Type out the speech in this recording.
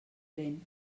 lent